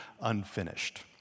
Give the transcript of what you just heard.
unfinished